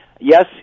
Yes